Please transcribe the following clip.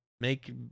make